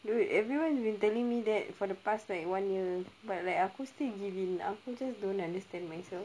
dude everyone's been telling me that for the past like one year but like aku still give in aku just don't understand myself